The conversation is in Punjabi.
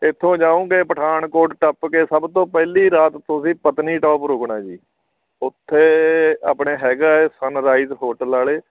ਇੱਥੋਂ ਜਾਓਗੇ ਪਠਾਣਕੋਟ ਟੱਪ ਕੇ ਸਭ ਤੋਂ ਪਹਿਲੀ ਰਾਤ ਤੁਸੀਂ ਪਤਨੀਟੋਪ ਰੁਕਣਾ ਜੀ ਉੱਥੇ ਆਪਣੇ ਹੈਗਾ ਏ ਸਨਰਾਈਜ਼ ਹੋਟਲ ਵਾਲੇ